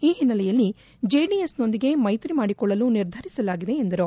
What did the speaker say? ಈ ಹಿನ್ನೆಲೆಯಲ್ಲಿ ಜೆಡಿಎಸ್ ನೊಂದಿಗೆ ಮೈತ್ರಿ ಮಾಡಿಕೊಳ್ಳಲು ನಿರ್ಧರಿಸಲಾಗಿದೆ ಎಂದರು